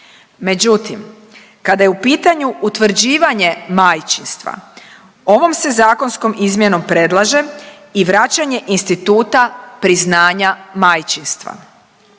Međutim, kada je u pitanju utvrđivanje majčinstva ovom se zakonskom izmjenom predlaže i vraćanje instituta priznanja majčinstva.